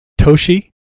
Toshi